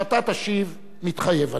ואתה תשיב "מתחייב אני".